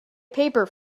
paper